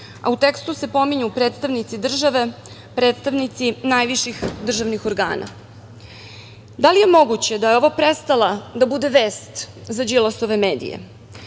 a u tekstu se pominju predstavnici države, predstavnici najviših državnih organa. Da li je moguće da ovo prestala da bude vest za Đilasove medije?